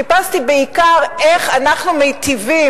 חיפשתי בעיקר איך אנחנו מיטיבים,